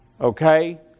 Okay